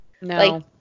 No